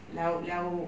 lauk-lauk